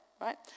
right